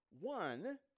One